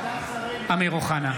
(קורא בשמות חברי הכנסת) אמיר אוחנה,